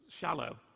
shallow